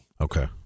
Okay